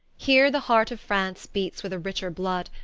here the heart of france beats with a richer blood,